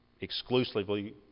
exclusively